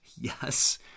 yes